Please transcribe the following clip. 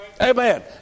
Amen